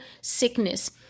sickness